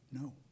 no